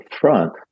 front